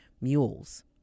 mules